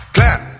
Clap